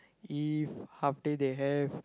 eve half day they have